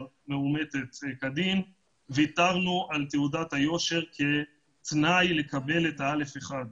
מאומתת כדין אבל ויתרנו על תעודת היושר כתנאי לקבלת אשרת א/1.